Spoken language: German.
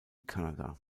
kanada